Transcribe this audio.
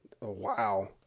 Wow